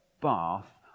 bath